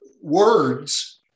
words